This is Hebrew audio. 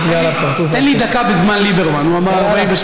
רק בגלל הפרצוף היפה שלך.